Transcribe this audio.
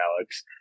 Alex